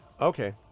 Okay